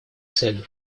целью